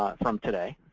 ah from today,